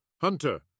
Hunter